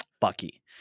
Bucky